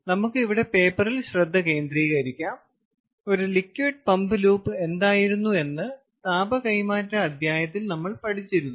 നമുക്ക് ഇവിടെ പേപ്പറിൽ ശ്രദ്ധ കേന്ദ്രീകരിക്കാം ഒരു ലിക്വിഡ് പമ്പ് ലൂപ്പ് എന്തായിരുന്നു എന്ന് താപകൈമാറ്റ അധ്യായത്തിൽ നമ്മൾ പഠിച്ചിരുന്നു